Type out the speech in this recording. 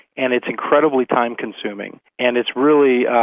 and it's incredibly time-consuming, and it's really.